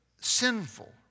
sinful